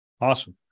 Awesome